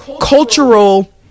cultural